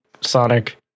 Sonic